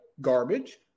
garbage